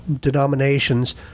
denominations